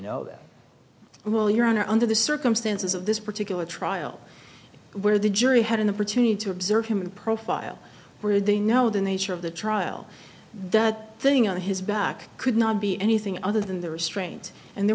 know that well your honor under the circumstances of this particular trial where the jury had an opportunity to observe him in profile where they know the nature of the trial that thing on his back could not be anything other than the restraint and there